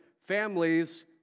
families